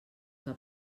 que